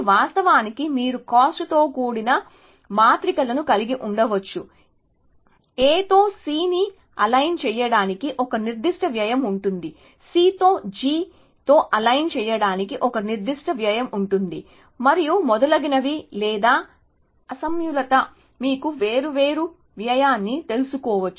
వాస్తవానికి మీరు కాస్ట్ తో కూడిన మాత్రికలను కలిగి ఉండవచ్చు A తో C ని అలైన్ చేయడానికి ఒక నిర్దిష్ట వ్యయం ఉంటుంది C తో G తో అలైన్ చేయడానికి ఒక నిర్దిష్ట వ్యయం ఉంటుంది మరియు మొదలగునవి లేదా అసమతుల్యత మీకు వేర్వేరు వ్యయాన్ని తెలుసుకోవచ్చు